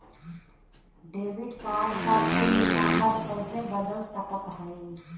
Debit card क pin number कइसे बदल सकत हई?